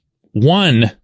One